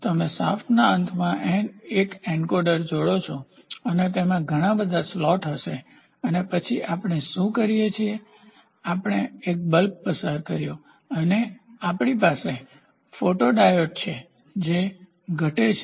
તમે શાફ્ટના અંતમાં એક એન્કોડર જોડો છો અને તેમાં ઘણા બધા સ્લોટ્સ હશે અને પછી આપણે શું કરીએ છીએ આપણે એક બલ્બ પસાર કર્યો અને પછી અમારી પાસે ફોટોડાયોડ છે જે ઘટે છે